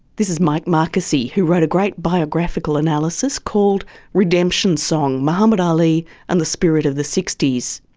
this is mike marqusee, who wrote a great biographical analysis called redemption song muhammad ali and the spirit of the sixties.